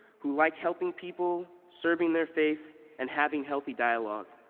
who like helping people, serving their faith, and having healthy dialogue.